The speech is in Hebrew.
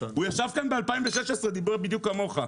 הרי הוא ישב כאן ב-2016 ודיבר בדיוק כמוך,